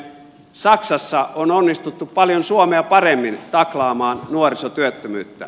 saksassa on onnistuttu paljon suomea paremmin taklaamaan nuorisotyöttömyyttä